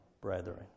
brethren